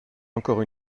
encore